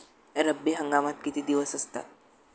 रब्बी हंगामात किती दिवस असतात?